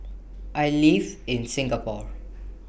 I live in Singapore